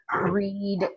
read